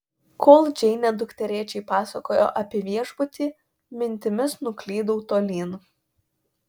kol džeinė dukterėčiai pasakojo apie viešbutį mintimis nuklydau tolyn